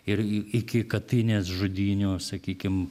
ir iki katynės žudynių sakykim